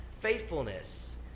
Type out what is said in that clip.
faithfulness